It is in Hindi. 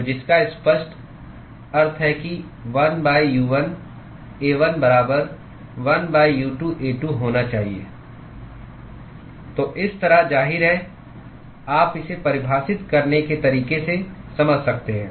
तो जिसका स्पष्ट अर्थ है कि 1 U1 A1 बराबर 1 U2 A2 होना चाहिए तो इस तरह जाहिर है आप इसे परिभाषित करने के तरीके से समझ सकते हैं